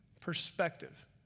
perspective